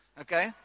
okay